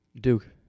Duke